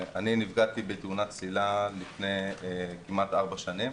נפגעתי בתאונת צלילה לפני כמעט ארבע שנים